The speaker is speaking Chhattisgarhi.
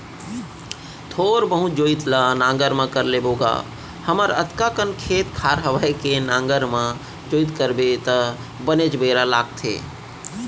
थोर बहुत जोइत ल नांगर म कर लेबो गा हमर अतका कन खेत खार हवय के नांगर म जोइत करबे त बनेच बेरा लागथे